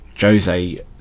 Jose